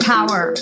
Power